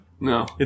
No